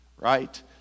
right